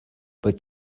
but